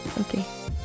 Okay